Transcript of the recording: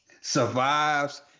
Survives